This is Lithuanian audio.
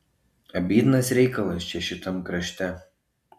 abydnas reikalas čia šitam krašte